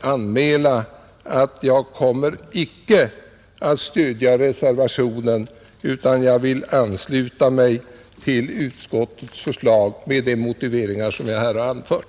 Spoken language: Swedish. anmäla att jag icke kommer att stödja reservationen, utan jag vill ansluta mig till utskottets hemställan, med de motiveringar som jag här har anfört.